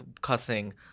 cussing